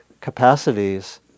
capacities